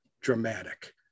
dramatic